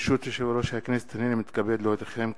הנני מתכבד להודיעכם,